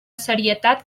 serietat